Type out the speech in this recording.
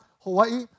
Hawaii